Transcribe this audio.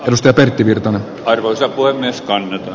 risto pertti virtanen kertoi sen voi niskaan